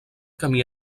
camí